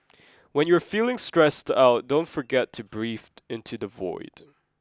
when you are feeling stressed out don't forget to breathe into the void